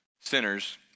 sinners